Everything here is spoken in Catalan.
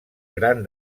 gran